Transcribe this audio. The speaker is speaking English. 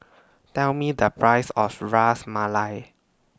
Tell Me The Price of Ras Malai